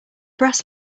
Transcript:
brass